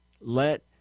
let